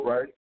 Right